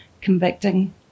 convicting